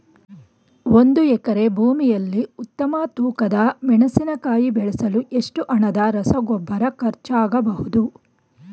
ಒಂದು ಎಕರೆ ಭೂಮಿಯಲ್ಲಿ ಉತ್ತಮ ತೂಕದ ಮೆಣಸಿನಕಾಯಿ ಬೆಳೆಸಲು ಎಷ್ಟು ಹಣದ ರಸಗೊಬ್ಬರ ಖರ್ಚಾಗಬಹುದು?